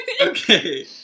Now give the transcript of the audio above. Okay